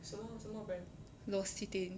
L'occitane